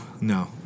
No